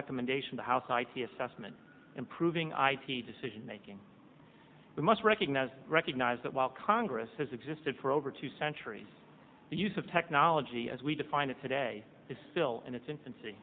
recommendation to house i t assessment improving id decision making we must recognize recognize that while congress has existed for over two centuries the use of technology as we define it today is still in its infancy